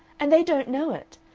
and they don't know it!